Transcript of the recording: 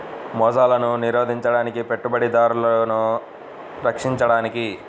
మోసాలను నిరోధించడానికి, పెట్టుబడిదారులను రక్షించడానికి